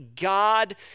God